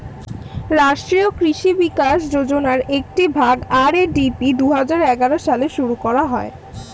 রাষ্ট্রীয় কৃষি বিকাশ যোজনার একটি ভাগ, আর.এ.ডি.পি দুহাজার এগারো সালে শুরু করা হয়